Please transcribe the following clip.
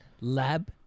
lab